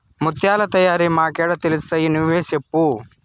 ముత్యాల తయారీ మాకేడ తెలుస్తయి నువ్వే సెప్పు